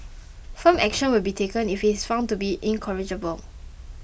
firm action will be taken if he is found to be incorrigible